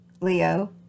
Leo